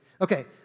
Okay